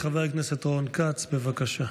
חבר הכנסת רון כץ, בבקשה.